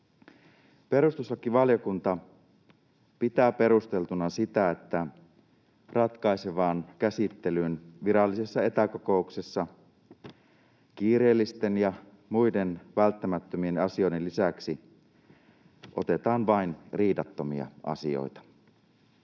Perustuslakivaliokunta pitää perusteltuna sitä, että ratkaisevaan käsittelyyn virallisessa etäkokouksessa kiireellisten ja muiden välttämättömien asioiden lisäksi otetaan vain riidattomia asioita.